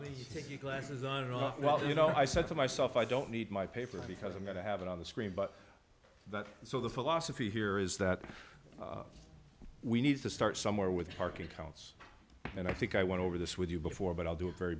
mean you take your classes on and off well you know i said to myself i don't need my paper because i'm going to have it on the screen but that's so the philosophy here is that we need to start somewhere with park accounts and i think i want to over this with you before but i'll do it very